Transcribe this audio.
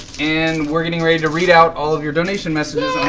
and we're getting ready to read out all of your donation messages